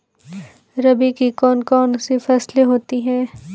रबी की कौन कौन सी फसलें होती हैं?